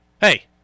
Hey